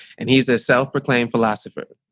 and he's a self proclaimed philosopher.